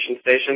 Station